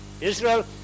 Israel